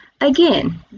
Again